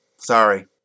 Sorry